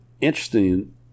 interesting